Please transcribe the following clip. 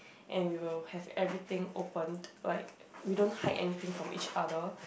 and we will have everything opened like we don't hide anything from each other